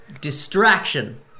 Distraction